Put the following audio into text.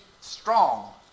strong